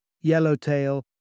Yellowtail